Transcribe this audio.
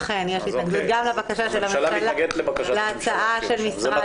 אכן יש התנגדות גם להצעה של משרד --- אז הממשלה מתנגדת לבקשת הממשלה.